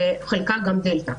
שחלקה גם דלתא.